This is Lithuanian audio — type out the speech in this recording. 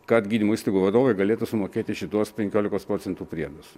kad gydymo įstaigų vadovai galėtų sumokėti šituos penkiolikos procentų priedus